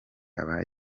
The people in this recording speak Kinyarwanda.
aba